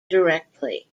directly